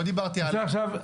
לא דיברתי עליך.